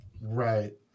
Right